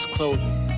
Clothing